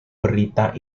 berita